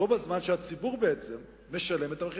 בו-בזמן שהציבור בעצם משלם את המחיר.